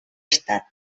estat